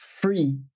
free